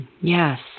Yes